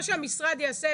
מה שהמשרד יעשה,